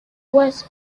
west